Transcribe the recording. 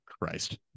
Christ